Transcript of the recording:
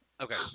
okay